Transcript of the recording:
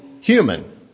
human